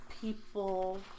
people